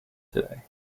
today